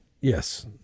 yes